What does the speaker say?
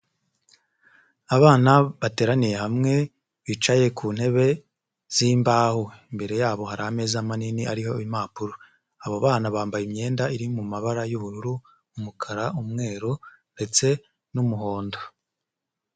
Abana bateraniye hamwe bicaye ku ntebe z'imbaho, imbere yabo hari ameza manini ariho impapuro, abo bana bambaye imyenda iri mu mabara y'ubururu, umukara, umweru ndetse n'umuhondo.